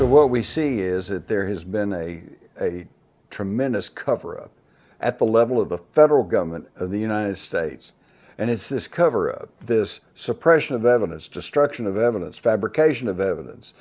so what we see is that there has been a tremendous cover up at the level of the federal government of the united states and it says cover up this suppression of evidence destruction of evidence fabrication of evidence